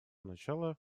начало